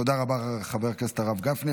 תודה רבה, חבר הכנסת הרב גפני.